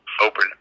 open